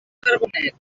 carbonet